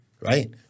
Right